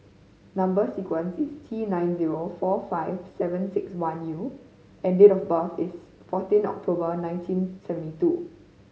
number sequence is T nine zero four five seven six one U and date of birth is fourteen October nineteen seventy two